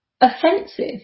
offensive